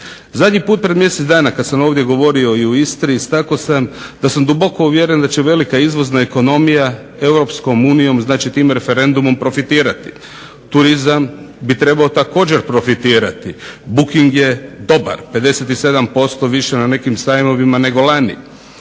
Zadnji puta pred mjesec dana kada sam ovdje govorio i o Istri istaknuo sam da sam duboko uvjeren da će velika izvoza ekonomija EU znači tim referendumom profitirati. Turizam bi trebao također profitirati, buking je dobar, 57% više na nekim sajmovima nego lani.